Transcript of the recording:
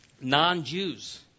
non-jews